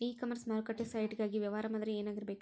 E commerce ಮಾರುಕಟ್ಟೆ site ಗಾಗಿ ವ್ಯವಹಾರ ಮಾದರಿ ಏನಾಗಿರಬೇಕ್ರಿ?